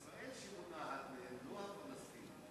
ישראל שמונעת מהם, לא הפלסטינים.